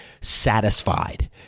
satisfied